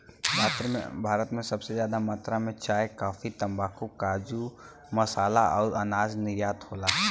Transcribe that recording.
भारत से सबसे जादा मात्रा मे चाय, काफी, तम्बाकू, काजू, मसाला अउर अनाज निर्यात होला